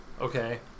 Okay